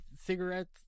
cigarettes